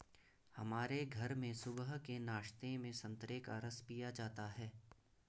हमारे घर में सुबह के नाश्ते में संतरे का रस पिया जाता है